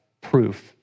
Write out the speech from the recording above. proof